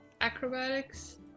acrobatics